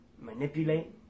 manipulate